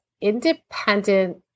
independent